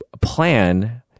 plan